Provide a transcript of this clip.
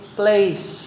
place